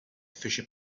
fece